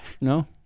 No